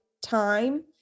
time